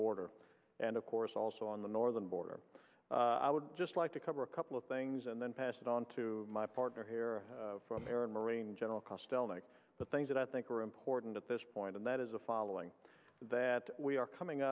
border and of course also on the northern border i would just like to cover a couple of things and then pass it on to my partner here from aaron marine general kostelnik the things that i think are important at this point and that is the following that we are coming